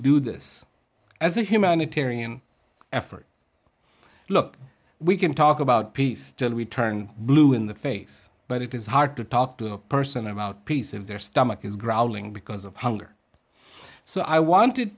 do this as a humanitarian effort look we can talk about peace till we turn blue in the face but it is hard to talk to a person about peace of their stomach is growling because of hunger so i wanted